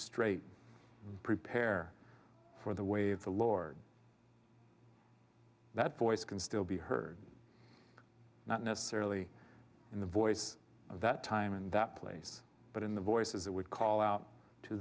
straight prepare for the wave the lord that voice can still be heard not necessarily in the voice of that time in that place but in the voices that would call out to